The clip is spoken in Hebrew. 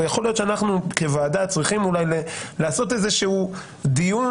ויכול להיות שאנחנו כוועדה צריכים אולי לעשות איזשהו דיון,